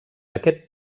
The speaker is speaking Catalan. aquest